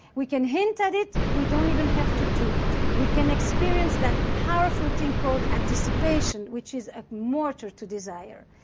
we can hint at it. we don't even have to do it. we can experience that powerful thing called anticipation, which is a mortar to desire.